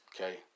okay